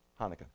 Hanukkah